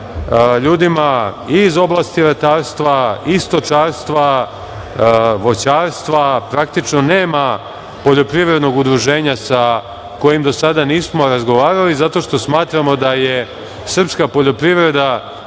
ljudima iz oblasti ratarstva i stočarstva, voćarstva. Praktično nema poljoprivrednog udruženja sa kojim do sada nismo razgovarali zato što smatramo da je srpska poljoprivreda